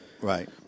right